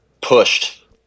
pushed